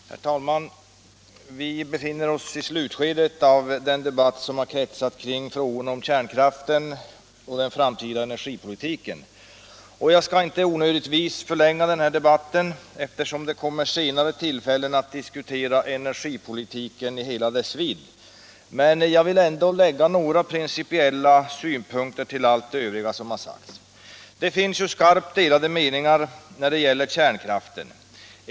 Herr talman! Vi befinner oss i slutskedet av en debatt, som har kretsat kring frågorna om kärnkraften och den framtida energipolitiken. Jag skall inte onödigtvis förlänga debatten, eftersom det senare kommer tillfällen att diskutera energipolitiken i hela dess vidd, men jag vill ändå lägga några principiella synpunkter till allt det övriga som har sagts. Det finns skarpt delade meningar när det gäller kärnkraften.